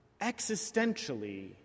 Existentially